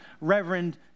Reverend